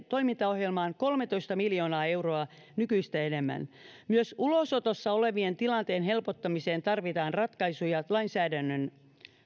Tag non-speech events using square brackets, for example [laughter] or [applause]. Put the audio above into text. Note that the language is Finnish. [unintelligible] toimintaohjelmaan kolmetoista miljoonaa euroa nykyistä enemmän myös ulosotossa olevien tilanteen helpottamiseen tarvitaan ratkaisuja lainsäädännön